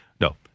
No